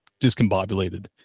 discombobulated